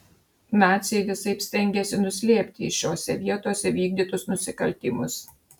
naciai visaip stengėsi nuslėpti šiose vietose vykdytus nusikaltimus